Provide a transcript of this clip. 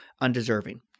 undeserving